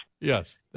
Yes